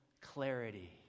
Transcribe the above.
clarity